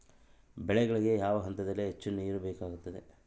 ಬೆಳೆಗಳಿಗೆ ಯಾವ ಹಂತದಲ್ಲಿ ಹೆಚ್ಚು ನೇರು ಬೇಕಾಗುತ್ತದೆ?